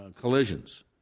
collisions